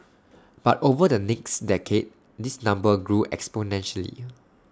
but over the next decade this number grew exponentially